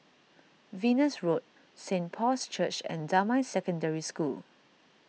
Venus Road Saint Paul's Church and Damai Secondary School